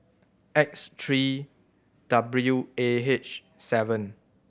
X three W A H seven